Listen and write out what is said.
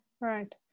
right